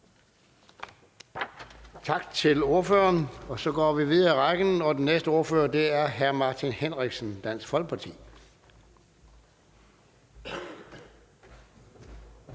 Tak til ordføreren. Så går vi videre i rækken, og den næste ordfører er hr. Martin Henriksen, Dansk Folkeparti.